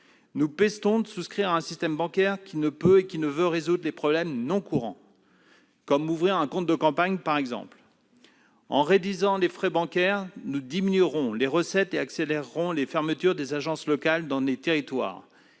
Nous pestons de voir un système bancaire qui ne peut et ne veut résoudre les problèmes non courants, comme ouvrir un compte de campagne ... En réduisant les frais bancaires, nous diminuerons les recettes et accélérerons les fermetures des agences locales dans les territoires.